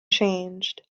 changed